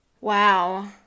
Wow